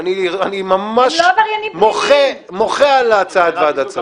אני ממש מוחה על הצעת ועדת השרים.